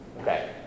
Okay